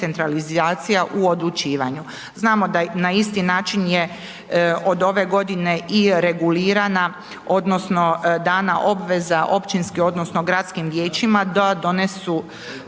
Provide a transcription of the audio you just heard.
u odlučivanju. Znamo da na isti način je od ove godine i regulirana odnosno dana obveza općinskim odnosno gradskim vijećima da donesu